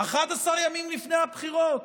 11 ימים לפני הבחירות,